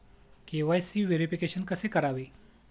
KYC verification कसे करावे?